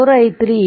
38 6